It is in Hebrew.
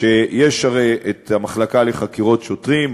שיש הרי מחלקה לחקירות שוטרים,